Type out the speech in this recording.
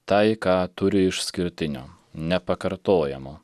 tai ką turi išskirtinio nepakartojamo